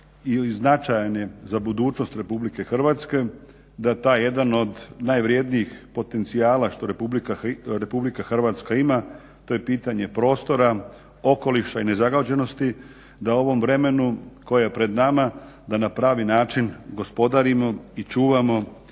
značajan je za budućnost RH da taj jedan od najvrjednijih potencijala što RH ima to je pitanje prostora, okoliša i nezagađenosti da u ovom vremenu koje je pred nama da na pravi način gospodarimo i čuvamo